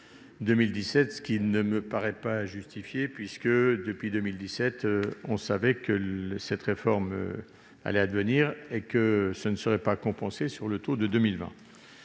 ce qui ne me paraît pas justifié. On savait depuis 2017, en effet, que cette réforme allait advenir et qu'elle ne serait pas compensée sur la base du taux de 2020.